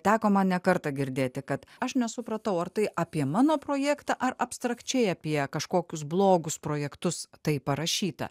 teko man ne kartą girdėti kad aš nesupratau ar tai apie mano projektą ar abstrakčiai apie kažkokius blogus projektus tai parašyta